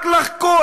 רק לחקור.